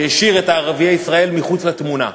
שהשאיר את ערביי ישראל מחוץ לתמונה.